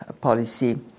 policy